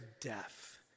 death